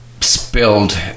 spilled